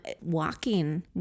walking